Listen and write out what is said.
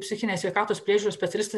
psichinės sveikatos priežiūros specialistą